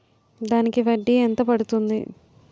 దానికి వడ్డీ ఎంత పడుతుంది?